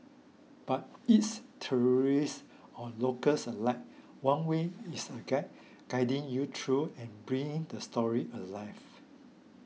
but it's tourist or locals alike one way is a guide guiding you through and bringing the stories alive